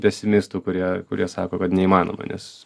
pesimistų kurie kurie sako kad neįmanoma nes